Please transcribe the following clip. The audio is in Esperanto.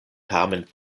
tamen